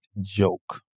joke